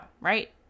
right